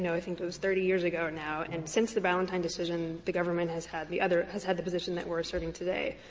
i think it was thirty years ago now. and since the ballentine decision, the government has had the other has had the position that we're asserting today,